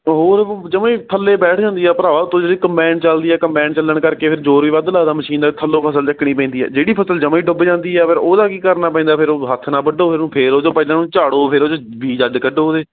ਹੋਰ ਜਮਾਂ ਹੀ ਥੱਲੇ ਬੈਠ ਜਾਂਦੀ ਆ ਭਰਾਵਾ ਉੱਤੋਂ ਜਿਹੜੀ ਕੰਬਾਇਨ ਚੱਲਦੀ ਆ ਕੰਬਾਇਨ ਚੱਲਣ ਕਰਕੇ ਫਿਰ ਜ਼ੋਰ ਵੀ ਵੱਧ ਲੱਗਦਾ ਮਸ਼ੀਨ ਦਾ ਥੱਲੋਂ ਫ਼ਸਲ ਚੁੱਕਣੀ ਪੈਂਦੀ ਹੈ ਜਿਹੜੀ ਫ਼ਸਲ ਜਮਾਂ ਹੀ ਡੁੱਬ ਜਾਂਦੀ ਹੈ ਫਿਰ ਉਹਦਾ ਕੀ ਕਰਨਾ ਪੈਂਦਾ ਫਿਰ ਉਹ ਹੱਥ ਨਾਲ ਵੱਢੋ ਫਿਰ ਉਹ ਫਿਰ ਉਹ 'ਚੋਂ ਪਹਿਲਾਂ ਉਹਨੂੰ ਝਾੜੋ ਫਿਰ ਉਹ 'ਚੋਂ ਬੀਜ ਅੱਡ ਕੱਢੋ ਉਹਦੇ